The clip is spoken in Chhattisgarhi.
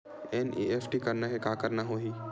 एन.ई.एफ.टी करना हे का करना होही?